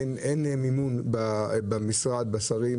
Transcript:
ואם אין אמון במשרד ובשרים,